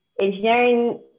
engineering